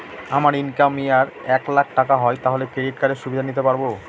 আমার income year এ এক লাক টাকা হয় তাহলে ক্রেডিট কার্ড এর সুবিধা নিতে পারবো?